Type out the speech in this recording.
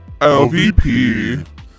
LVP